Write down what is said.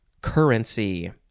currency